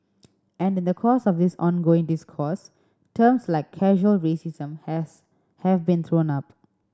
and in the course of this ongoing discourse terms like casual racism has have been thrown up